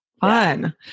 Fun